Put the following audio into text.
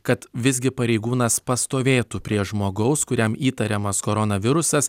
kad visgi pareigūnas pastovėtų prie žmogaus kuriam įtariamas koronavirusas